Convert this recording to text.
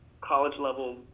college-level